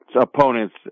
opponents